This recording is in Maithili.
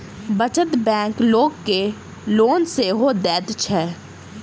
बचत बैंक लोक के लोन सेहो दैत छै